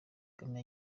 kagame